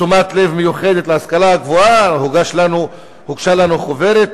תשומת לב מיוחדת להשכלה הגבוהה, הוגשה לנו חוברת